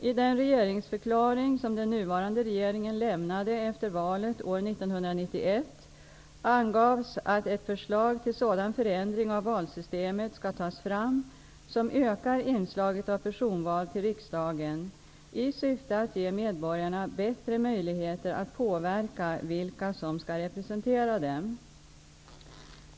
I den regeringsförklaring som den nuvarande regeringen lämnade efter valet år 1991 angavs att ett förslag till sådan förändring av valsystemet skall tas fram som ökar inslaget av personval till riksdagen i syfte att ge medborgarna bättre möjligheter att påverka vilka som skall representera dem.